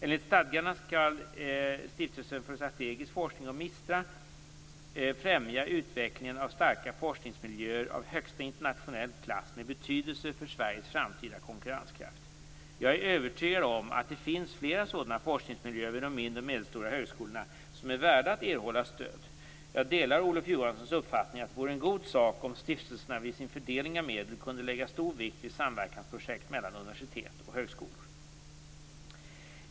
Enligt stadgarna skall Stiftelsen för strategisk forskning och MISTRA främja utvecklingen av starka forskningsmiljöer av högsta internationella klass med betydelse för Sveriges framtida konkurrenskraft. Jag är övertygad om att det finns flera sådana forskningsmiljöer vid de mindre och medelstora högskolorna som är värda att erhålla stöd. Jag delar Olof Johanssons uppfattning att det vore en god sak om stiftelserna vid sin fördelning av medel kunde lägga stor vikt vid samverkansprojekt mellan universitet och högskolor.